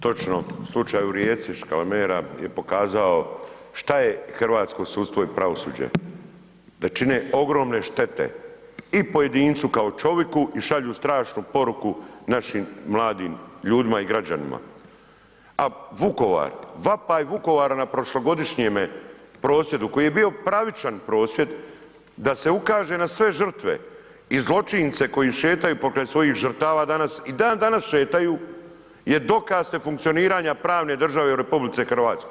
Točno, u slučaju u Rijeci Škalamera je pokazao šta je hrvatsko sudstvo i pravosuđe je pokazao šta je hrvatsko sudstvo i pravosuđe, da čine ogromne štete i pojedincu kao čovjeku i šalju strašnu poruku našim mladima ljudima i građanima a Vukovar, vapaj Vukovara na prošlogodišnjem prosvjedu koji je bio pravičan prosvjed, da se ukaže na sve žrtve i zločince koji šetaju pokraj svojih žrtava danas, i dandanas šetaju je dokaz nefunkcioniranja pravne države u RH.